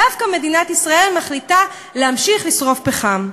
דווקא מדינת ישראל מחליטה להמשיך לשרוף פחם.